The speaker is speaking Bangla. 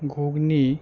ঘুগনি